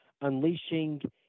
unleashing